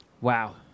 Wow